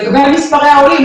לגבי מספרי העולים,